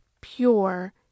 pure